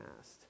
asked